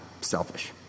selfish